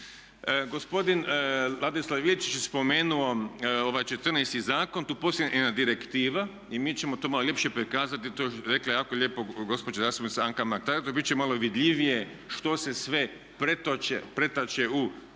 Gospodin Ladislav Ilčić je spomenuo ovaj četrnaesti zakon. Tu postoji jedna direktiva i mi ćemo to malo ljepše prikazati, to je rekla jako lijepo gospođa Anka Mrak Taritaš bit će malo vidljivije što se sve pretače u